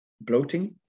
bloating